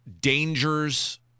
dangers